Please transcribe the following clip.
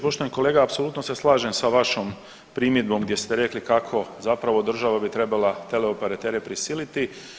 Poštovani kolega apsolutno se slažem sa vašom primjedbom gdje ste rekli kako zapravo bi država trebala teleoperatere prisiliti.